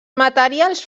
materials